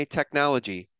technology